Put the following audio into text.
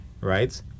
right